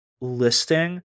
listing